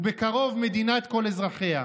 ובקרוב מדינת כל אזרחיה,